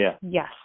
yes